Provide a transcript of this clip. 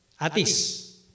Atis